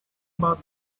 about